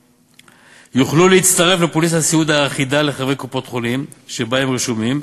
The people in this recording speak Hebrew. יוכלו להצטרף לפוליסת הסיעוד האחידה לחברי קופת-החולים שבה הם רשומים,